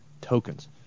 Tokens